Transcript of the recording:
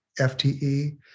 FTE